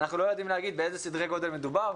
אנחנו לא יודעים להגיד באיזה סדרי גודל מדובר,